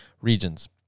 regions